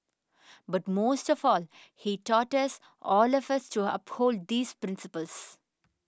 but most of all he taught us all of us to uphold these principles